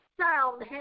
sound